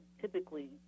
typically